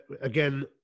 again